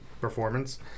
performance